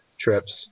trips